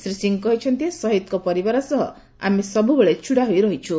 ଶ୍ରୀ ସିଂହ କହିଛନ୍ତି ଶହୀଦ୍ଙ୍କ ପରିବାର ସହ ଆମେ ସବ୍ରବେଳେ ଛିଡ଼ାହୋଇ ରହିଛୁ